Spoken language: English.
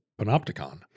panopticon